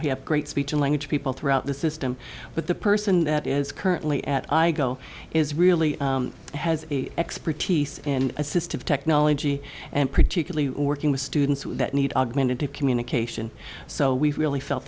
have great speech and language people throughout the system but the person that is currently at i go is really has the expertise in assistive technology and particularly working with students that need augmentative communication so we really felt